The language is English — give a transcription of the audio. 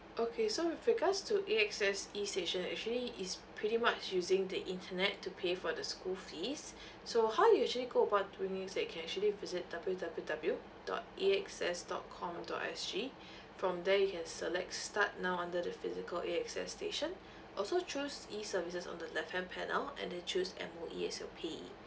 okay so with regards to A_X_S E station actually it's pretty much using the internet to pay for the school fees so how you actually go about doing it is that you can actually visit W W W dot A X S dot com dot S G from there you can select start now under the physical A_X_S station also choose E services on the left hand panel and then choose M_O_E as your payee